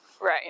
right